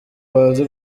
bazi